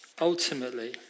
ultimately